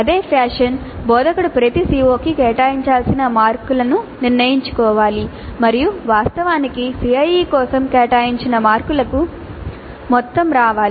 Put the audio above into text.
అదే ఫ్యాషన్ బోధకుడు ప్రతి CO కి కేటాయించాల్సిన మార్కులను నిర్ణయించుకోవాలి మరియు వాస్తవానికి CIE కోసం కేటాయించిన మార్కులకు మొత్తం రావాలి